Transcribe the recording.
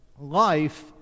Life